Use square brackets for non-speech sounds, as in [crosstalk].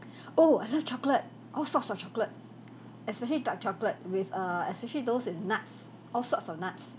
[breath] oh I love chocolate all sorts of chocolate especially dark chocolate with err especially those with nuts all sorts of nuts